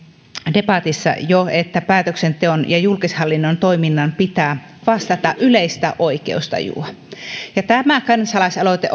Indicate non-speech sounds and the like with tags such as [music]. debatissa jo että päätöksenteon ja julkishallinnon toiminnan pitää vastata yleistä oikeustajua ja tämä kansalaisaloite [unintelligible]